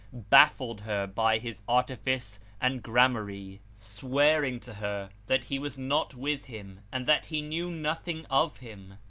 baffled her by his artifice and gramarye swearing to her that he was not with him and that he knew nothing of him.